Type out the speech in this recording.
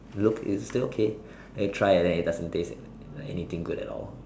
look it is still k and try and then it doesn't taste anything good at all